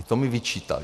I to mi vyčítali.